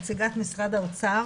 נציגת משרד האוצר,